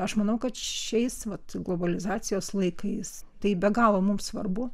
aš manau kad šiais vat globalizacijos laikais tai be galo mums svarbu